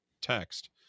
text